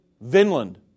Vinland